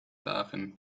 darin